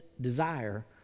desire